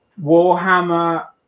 Warhammer